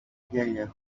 γέλια